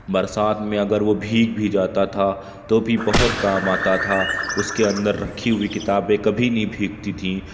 برسات میں اگر وہ بھیگ بھی جاتا تھا تو بھی بہت کام آتا تھا اس کے اندر رکھی ہوئی کتابیں کبھی نہیں بھیگتی تھیں